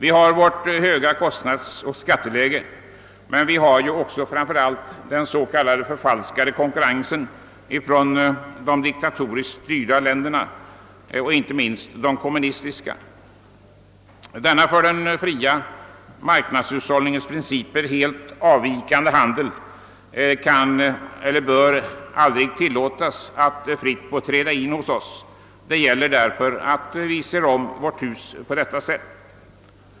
Vi har vårt höga kostnadsoch skatteläge, men vi har framför allt den s.k. förfalskade konkurrensen från de diktatoriski styrda länderna, inte minst de kommunistiska. Denna från den fria marknadshushållningens princip helt avvikande handel bör icke tillåtas att få fritt tillträde till vårt land. Det gäller för oss att se om vårt hus på detta område.